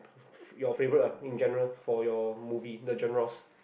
your favourite I think general for your movie not journals